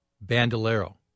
Bandolero